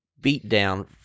beatdown